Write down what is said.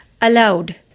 allowed